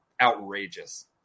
outrageous